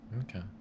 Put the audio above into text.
Okay